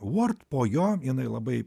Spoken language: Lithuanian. vuort po jo jinai labai